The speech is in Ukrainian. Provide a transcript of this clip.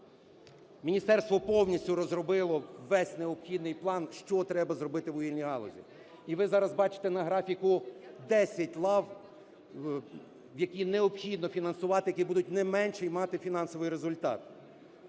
Міністерство повністю розробило весь необхідний план, що треба зробити вугільній галузі. І ви зараз бачте на графіку 10 лав, які необхідно фінансувати, які будуть не менший мати фінансовий результат.